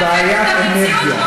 ובעיית אנרגיה.